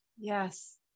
Yes